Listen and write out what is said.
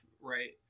Right